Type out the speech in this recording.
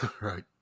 Right